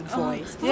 voice